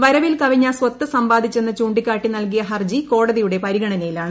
വരവിൽകവിഞ്ഞ സ്വത്ത് സമ്പാദിച്ചെന്ന് ചൂണ്ടിക്കാട്ടി നൽകിയ ഹർജി കോടതിയുടെ പരിഗണനയിലാണ്